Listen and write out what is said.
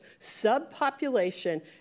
subpopulation